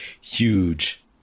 huge